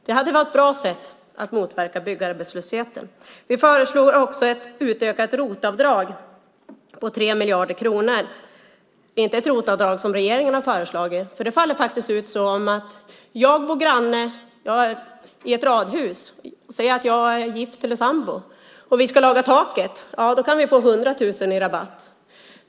Det hade varit ett bra sätt att motverka byggarbetslösheten. Vi föreslår också ett utökat ROT-avdrag på 3 miljarder kronor, men inte ett sådant ROT-avdrag som regeringen har föreslagit eftersom det faller ut på följande sätt: Om jag bor i ett radhus och är gift eller sambo och vi ska laga taket kan vi få 100 000 kronor i rabatt.